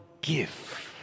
give